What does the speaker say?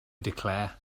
declare